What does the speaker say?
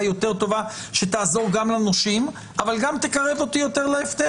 יותר טובה שתעזור גם לנושים אבל גם תקרב אותי יותר להפטר.